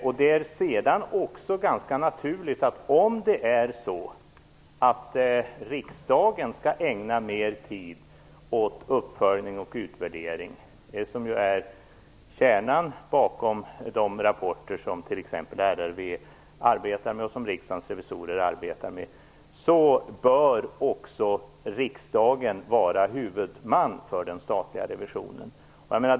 Det är ganska naturligt att om riksdagen skall ägna mer tid åt uppföljning och utvärdering, som ju är kärnan bakom de rapporter som RRV och Riksdagens revisorer lämnar, bör också riksdagen också vara huvudman för den statliga revisionen.